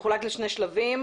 מחולק לשני שלבים,